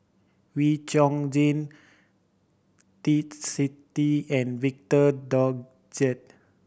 Wee Chong Jin Twisstii and Victor Doggett